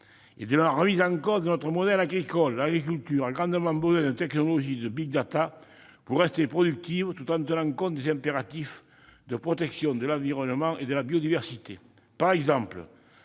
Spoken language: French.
et de la remise en cause de notre modèle agricole, l'agriculture a grandement besoin de technologies de big data pour rester productive, tout en tenant compte des impératifs de protection de l'environnement et de la biodiversité. Par exemple,